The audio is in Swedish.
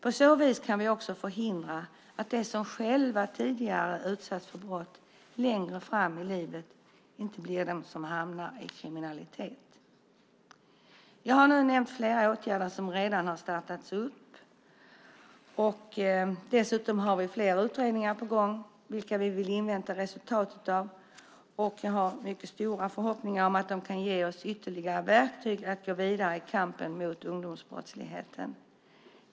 På så vis kan vi också förhindra att de som själva tidigare utsatts för brott längre fram i livet blir de som hamnar i kriminalitet. Jag har nu nämnt flera åtgärder som redan har startats. Dessutom har vi flera utredningar på gång. Dem vill vi invänta resultatet av, och jag har mycket stora förhoppningar om att de kan ge oss ytterligare verktyg för att gå vidare i kampen mot ungdomsbrottsligheten.